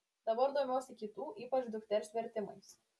dabar domiuosi kitų ypač dukters vertimais